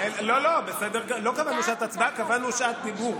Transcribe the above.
לא קבענו שעת הצבעה, קבענו שעת דיבור,